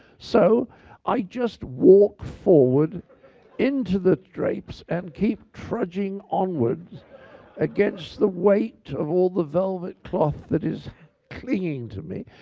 so i just walk forward into the drapes and keep trudging onward against the weight of all the velvet cloth that is clinging to me.